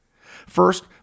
First